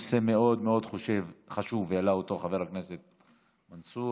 זה נושא מאוד חשוב שהעלה חבר הכנסת מנסור.